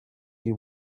you